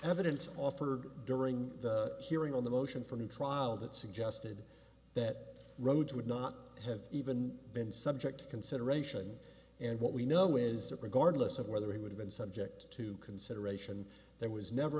evidence offered during the hearing on the motion for the trial that suggested that rhodes would not have even been subject to consideration and what we know is that regardless of whether he would have been subject to consideration there was never